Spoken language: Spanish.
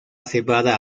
cebada